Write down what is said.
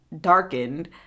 darkened